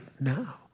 now